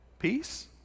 peace